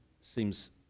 seems